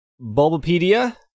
Bulbapedia